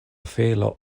felo